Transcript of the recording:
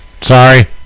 sorry